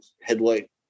headlight